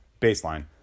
baseline